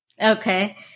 Okay